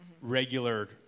regular